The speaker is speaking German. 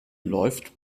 läuft